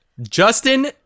Justin